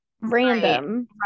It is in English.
random